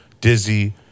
dizzy